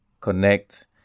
connect